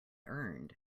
earned